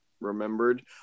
remembered